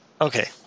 Okay